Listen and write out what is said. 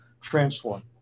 transform